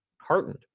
heartened